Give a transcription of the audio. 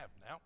now